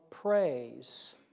praise